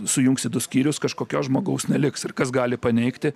sujungsi du skyrius kažkokio žmogaus neliks ir kas gali paneigti